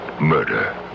murder